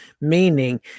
meaning